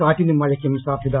കാറ്റിനും മഴയ്ക്കും സാധൃത